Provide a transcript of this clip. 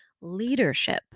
leadership